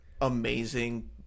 amazing